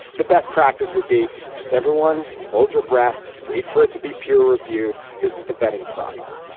the best practice would be just everyone, hold your breath, wait for it to be peer reviewed. this is the vetting process.